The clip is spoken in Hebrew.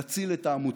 נציל את העמותות,